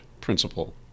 principle